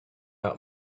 out